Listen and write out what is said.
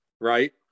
right